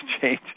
change